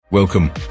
Welcome